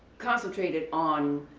concentrated on,